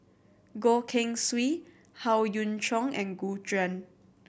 Goh Keng Swee Howe Yoon Chong and Gu Juan